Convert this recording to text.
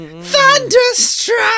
Thunderstruck